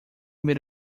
made